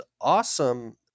awesome